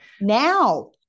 Now